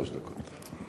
שלוש דקות.